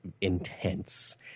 intense